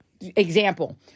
example